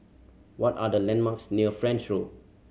what are the landmarks near French Road